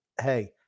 Hey